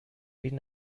این